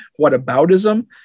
whataboutism